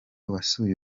wasuye